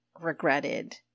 regretted